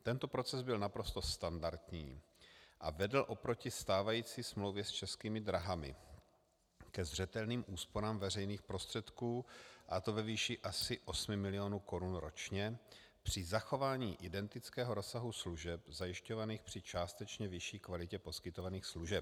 Tento proces byl naprosto standardní a vedl oproti stávající smlouvě s Českými dráhami ke zřetelným úsporám veřejných prostředků, a to ve výši asi 8 mil. korun ročně při zachování identického rozsahu služeb zajišťovaných při částečně vyšší kvalitě poskytovaných služeb.